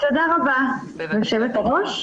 תודה רבה ליושבת- הראש,